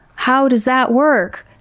how does that work?